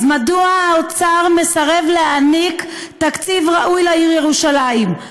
אז מדוע האוצר מסרב להעניק תקציב ראוי לעיר ירושלים,